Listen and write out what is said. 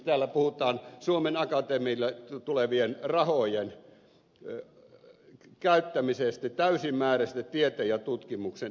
täällä puhutaan suomen akatemialle tulevien rahojen käyttämisestä täysimääräisesti tieteen ja tutkimuksen edistämiseen